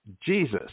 Jesus